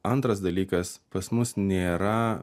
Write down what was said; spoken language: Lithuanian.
antras dalykas pas mus nėra